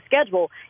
schedule